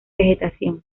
vegetación